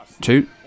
two